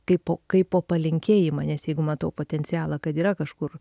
kaipo kaipo palinkėjimą nes jeigu matau potencialą kad yra kažkur